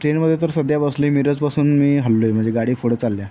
ट्रेनमध्ये तर सध्या बसली मिरजपासून मी हललोय म्हणजे गाडी पुढं चालल्या